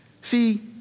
See